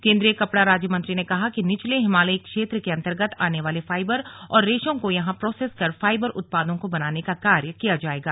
केन्द्रीय कपड़ा राज्यमंत्री ने कहा कि निचले हिमालयी क्षेत्र के अन्तर्गत आने वाले फाइबर और रेशो को यहां प्रोसेस कर फाइबर उत्पादों को बनाने का कार्य किया जायेगा